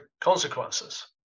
consequences